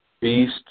Beast